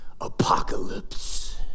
apocalypse